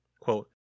quote